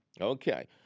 Okay